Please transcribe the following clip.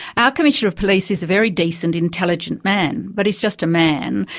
our commissioner of police is a very decent, intelligent man, but he's just a man,